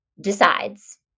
decides